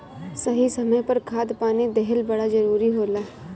सही समय पर खाद पानी देहल बड़ा जरूरी होला